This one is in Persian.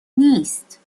نیست